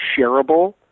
shareable